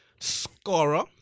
scorer